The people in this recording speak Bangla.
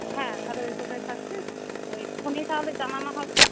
হ্যাঁ তাহলে ওই কথাই থাকছে ওই ফোনেই তাহলে জানানো হবে